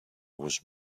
was